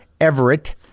Everett